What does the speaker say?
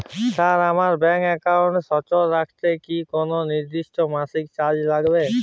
Sir আমার bank একাউন্টটি সচল রাখতে কি কোনো নির্দিষ্ট মাসিক চার্জ লাগবে?